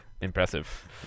impressive